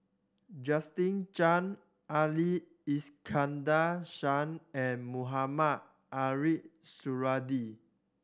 Justin Zhuang Ali Iskandar Shah and Mohamed Ariff Suradi